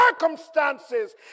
circumstances